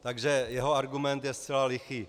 Takže jeho argument je zcela lichý.